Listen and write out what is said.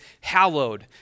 hallowed